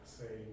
say